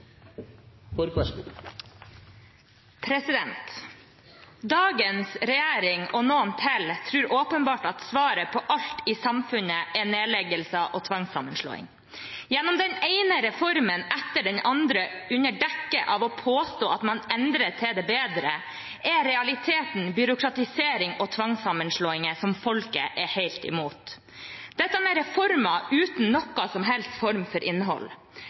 Dagens regjering og noen til tror åpenbart at svaret på alt i samfunnet er nedleggelser og tvangssammenslåinger. Med den ene reformen etter den andre, under dekke av å påstå at man endrer til det bedre, er realiteten byråkratisering og tvangssammenslåinger som folket er helt imot. Dette er reformer uten noen som helst form for innhold.